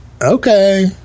Okay